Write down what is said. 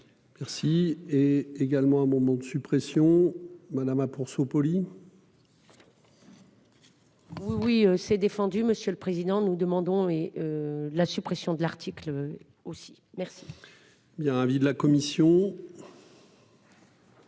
Merci. Également un moment de suppression madame pour.-- Oui, s'est défendu Monsieur le Président, nous demandons et. La suppression de l'article aussi merci.-- Il y a un avis de la commission.